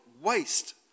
waste